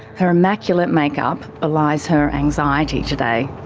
her immaculate makeup belies her anxiety today.